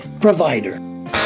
Provider